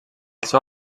seu